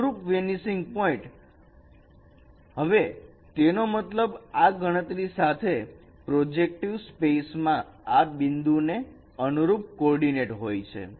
અનુરૂપ vanishing point હવે તેનો મતલબ આ ગણતરી સાથેના પ્રોજેક્ટિવ સ્પેસમાં આ બિંદુ ને અનુરૂપ કોર્ડીનેટ હોય છે